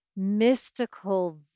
mystical